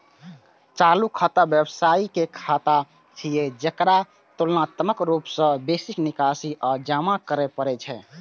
चालू खाता व्यवसायी के खाता छियै, जेकरा तुलनात्मक रूप सं बेसी निकासी आ जमा करै पड़ै छै